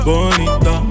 Bonita